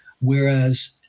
whereas